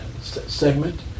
segment